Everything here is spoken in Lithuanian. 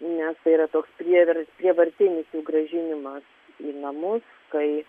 nes yra toks prietaras prievartinis grąžinimas į namus kai